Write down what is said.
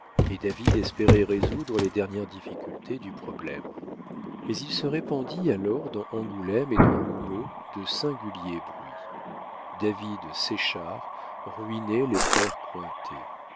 et david espérait résoudre les dernières difficultés du problème mais il se répandit alors dans angoulême et dans l'houmeau de singuliers bruits david séchard ruinait les frères